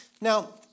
Now